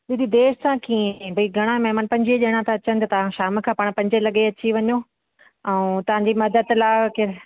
दीदी सां देरि सां कीअं भई घणा महिमान पंजवीह ॼणां था अचनि तव्हां शाम खां पाण पंजे लॻें अची वञो ऐं तव्हांजी मदद लाइ के